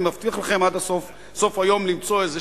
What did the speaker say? אני מבטיח לכם עד סוף היום למצוא איזו